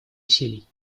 усилий